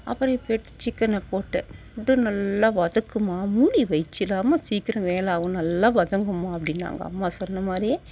அப்புறம் எடுத்து சிக்கனை போட்டேன் போட்டு நல்லா வதக்கும்மா மூடி வச்சிடுறமா சீக்கிரம் வேலை ஆகும் நல்லா வதங்கும்மா அப்படின்னாங்க அம்மா சொன்னமாதிரியே